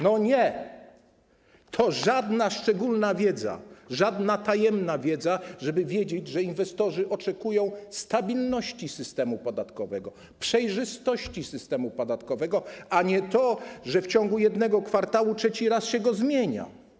No nie, to żadna szczególna wiedza, żadna tajemna wiedza, żeby wiedzieć o tym, że inwestorzy oczekują stabilności systemu podatkowego, przejrzystości systemu podatkowego, a nie tego, że w ciągu jednego kwartału trzeci raz się go zmienia.